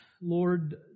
Lord